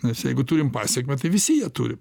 nes jeigu turim pasekmę tai visi ją turi